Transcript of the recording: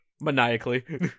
maniacally